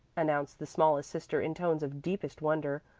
announced the smallest sister in tones of deepest wonder.